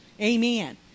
Amen